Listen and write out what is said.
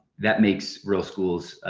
that makes rural schools